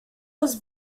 was